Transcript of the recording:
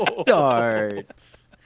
starts